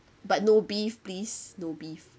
but no beef please no beef